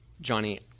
Johnny